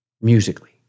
musically